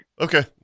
Okay